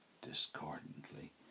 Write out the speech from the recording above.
discordantly